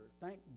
Thank